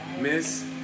Miss